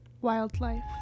Wildlife